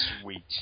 Sweet